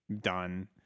done